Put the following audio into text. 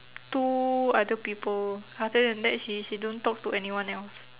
two other people other than that she she don't talk to anyone else